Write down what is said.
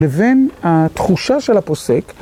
לבין התחושה של הפוסק.